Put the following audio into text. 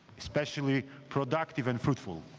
especially productive and fruitful.